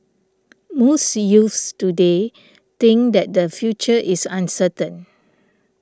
most youths today think that their future is uncertain